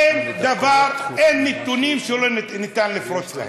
אין נתונים שאי-אפשר לפרוץ אותם.